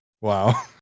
Wow